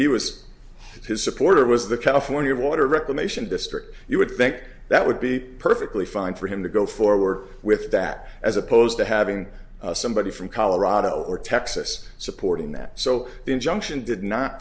he was his supporter was the california water reclamation district you would think that would be perfectly fine for him to go forward with that as opposed to having somebody from colorado or texas supporting that so the injunction did not